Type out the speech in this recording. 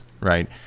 right